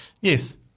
Yes